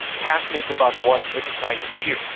passion is about what excites you,